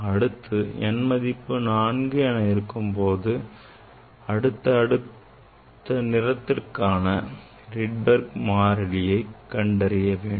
அடுத்து n மதிப்பு 4 என இருக்கும் போது அடுத்த நிறத்திற்கான Rydberg மாறிலியை கண்டறிய வேண்டும்